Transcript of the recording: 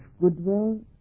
goodwill